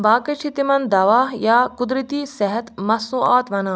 باقٕے چھِ تِمن دواہ یا قۄدرتی صحت مصنوعات ونان